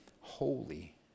holy